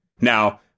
Now